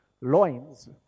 Loins